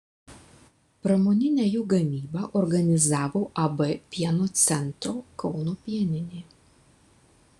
pramoninę jų gamybą organizavo ab pieno centro kauno pieninė